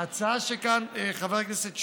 ההצעה כאן, חבר הכנסת שמולי,